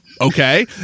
okay